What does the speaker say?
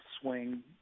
swing